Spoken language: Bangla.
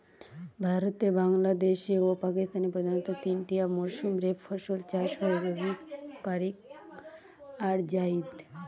ভারতে, বাংলাদেশে ও পাকিস্তানে প্রধানতঃ তিনটিয়া মরসুম রে ফসল চাষ হয় রবি, কারিফ আর জাইদ